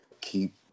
Keep